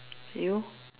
you